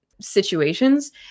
situations